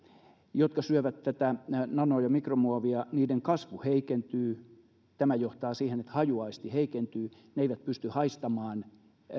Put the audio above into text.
jotka syövät tätä nano ja mikromuovia niiden kasvu heikentyy tämä johtaa siihen että hajuaisti heikentyy ne eivät pysty haistamaan